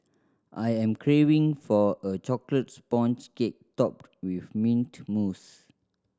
I am craving for a chocolate sponge cake topped with mint mousse